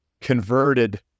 converted